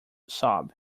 sob